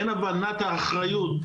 אין הבנת האחריות.